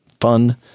Fun